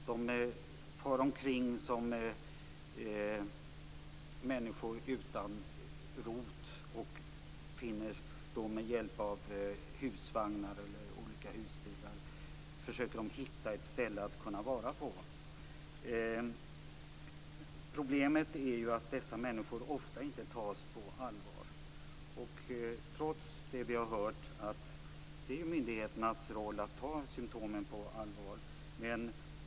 De far omkring som människor utan rot och försöker med hjälp av husvagnar eller husbilar hitta ett ställe att kunna vara på. Problemet är att dessa människor ofta inte tas på allvar, trots att vi har hört att det är myndigheternas roll att ta symtomen på allvar.